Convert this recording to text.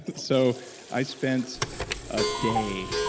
so i spent a day,